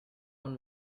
one